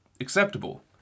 acceptable